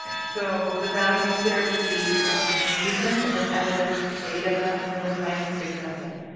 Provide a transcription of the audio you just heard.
so the values there would be reason and evidence, ah data, and the scientific method.